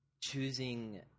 choosing